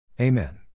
Amen